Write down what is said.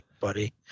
buddy